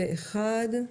הצבעה אושר אושר פה-אחד.